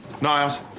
niles